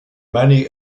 many